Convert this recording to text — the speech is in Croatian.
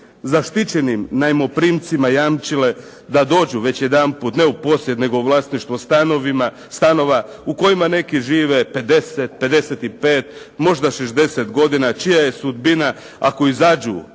Zaštićenim najmoprimcima jamčile da dođu već jedanput ne u posjed, nego vlasništvo stanova u kojima neki žive 50, 55 možda i 60 godina, čija je sudbina ako izađu